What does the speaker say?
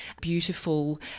beautiful